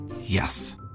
Yes